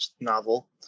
novel